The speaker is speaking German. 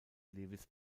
lewis